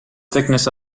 thickness